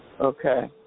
Okay